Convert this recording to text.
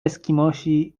eskimosi